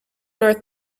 north